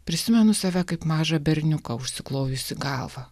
prisimenu save kaip mažą berniuką užsiklojusį galvą